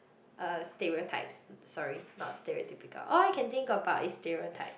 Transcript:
uh stereotypes sorry not stereotypical all that I can think about is stereotype